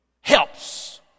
helps